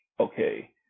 okay